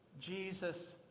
Jesus